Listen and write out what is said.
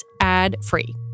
ad-free